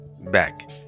back